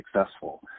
successful